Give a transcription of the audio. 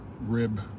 rib